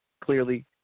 Clearly